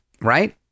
right